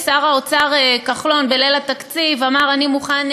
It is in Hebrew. ושר האוצר כחלון בליל התקציב אמר: אני מוכן